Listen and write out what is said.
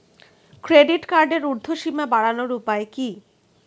Credit কার্ডের উর্ধ্বসীমা বাড়ানোর উপায় কি?